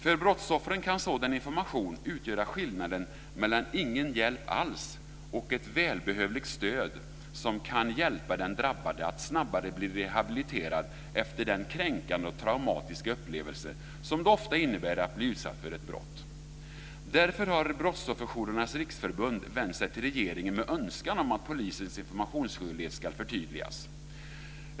För brottsoffren kan sådan information utgöra skillnaden mellan ingen hjälp alls och ett välbehövligt stöd som kan hjälpa den drabbade att snabbare bli rehabiliterad efter den kränkande och traumatiska upplevelse som det ofta innebär att bli utsatt för ett brott. Därför har Brottsofferjourernas riksförbund vänt sig till regeringen med önskan om att polisens informationsskyldighet ska förtydligas.